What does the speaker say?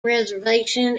reservation